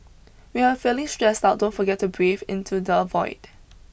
when you are feeling stressed out don't forget to breathe into the void